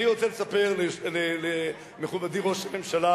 אני רוצה לספר למכובדי ראש הממשלה